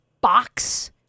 box